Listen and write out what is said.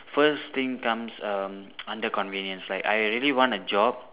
first thing comes um under convenience like I really want a job